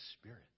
spirit